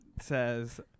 says